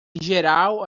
geral